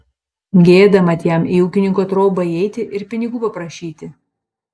gėda mat jam į ūkininko trobą įeiti ir pinigų paprašyti